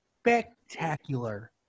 spectacular